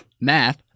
Math